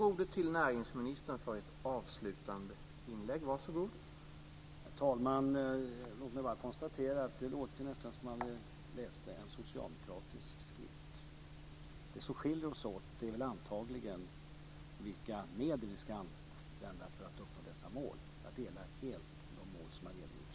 Herr talman! Låt mig bara konstatera att det nästan låter som en socialdemokratisk skrift. Det som skiljer oss åt är antagligen vilka medel som vi ska använda för att uppnå dessa mål. Jag ställer mig helt bakom de mål som det har redogjorts för här.